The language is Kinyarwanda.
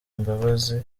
imbabazi